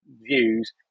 Views